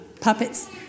puppets